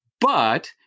But-